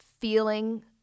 feeling